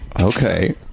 Okay